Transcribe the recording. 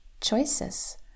choices